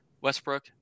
Westbrook